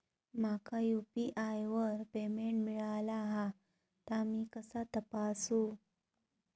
माका यू.पी.आय वर पेमेंट मिळाला हा ता मी कसा तपासू?